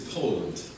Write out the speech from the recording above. Poland